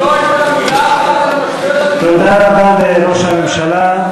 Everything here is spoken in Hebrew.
תודה רבה לראש הממשלה,